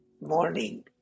morning